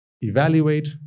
evaluate